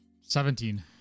Seventeen